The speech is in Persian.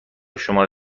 شماره